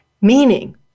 Meaning